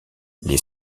les